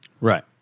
right